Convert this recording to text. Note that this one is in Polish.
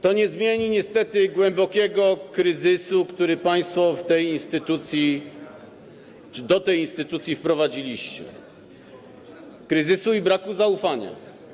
to nie zmieni niestety głębokiego kryzysu, który państwo w tej instytucji czy do tej instytucji wprowadziliście, kryzysu i braku zaufania.